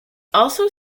also